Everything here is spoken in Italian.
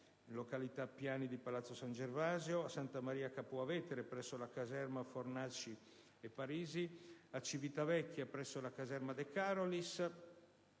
località Piani di Palazzo San Gervasio, a Santa Maria Capua Vetere presso la caserma «Fornaci e Parisi», a Civitavecchia presso la caserma «De Carolis»,